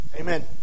Amen